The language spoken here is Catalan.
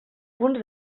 punts